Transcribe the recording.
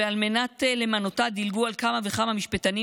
ועל מנת למנותה דילגו על כמה וכמה משפטנים